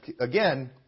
again